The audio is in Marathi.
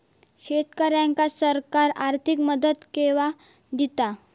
शेतकऱ्यांका सरकार आर्थिक मदत केवा दिता?